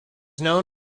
known